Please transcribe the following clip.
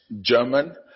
German